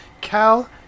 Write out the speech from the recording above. Cal